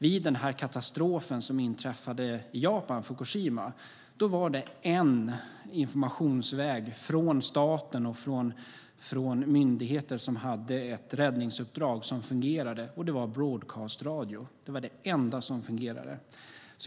Vid den katastrof som inträffade i Fukushima i Japan var det en informationsväg som fungerade från staten och de myndigheter som hade ett räddningsuppdrag, och det var broadcast-radio. Det var det enda som fungerade.